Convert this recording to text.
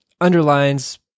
underlines